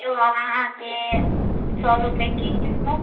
सेब अहाँके सौ रुपैए किलो